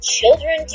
Children